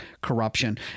corruption